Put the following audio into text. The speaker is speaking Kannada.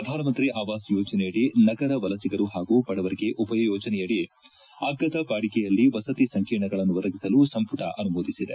ಪ್ರಧಾನಮಂತ್ರಿ ಆವಾಸ್ ಯೋಜನೆಯಡಿ ನಗರ ವಲಸಿಗರು ಹಾಗೂ ಬಡವರಿಗೆ ಉಪಯೋಜನೆಯಡಿ ಅಗ್ಗದ ಬಾಡಿಗೆಯಲ್ಲಿ ವಸತಿ ಸಂಕೀರ್ಣಗಳನ್ನು ಒದಗಿಸಲು ಸಂಪುಟ ಅನುಮೋದಿಸಿದೆ